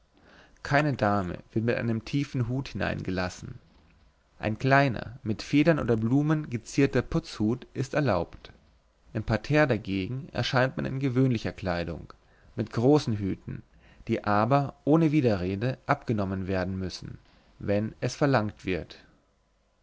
keine dame wird mit einem tiefen hut hineingelassen ein kleiner mit federn oder blumen gezierter putzhut ist erlaubt im parterre dagegen erscheint man in gewöhnlicher kleidung mit großen hüten die aber ohne widerrede abgenommen werden müssen wenn es verlangt wird